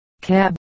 cab